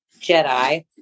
Jedi